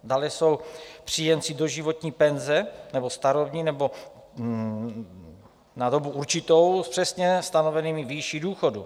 Dále jsou příjemci doživotní penze nebo starobní nebo na dobu určitou s přesně stanovenou výší důchodu.